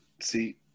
See